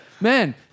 Man